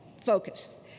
focus